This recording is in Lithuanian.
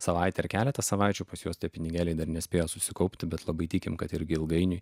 savaitę keletą savaičių pas juos tie pinigėliai dar nespėjo susikaupti bet labai tikime kad irgi ilgainiui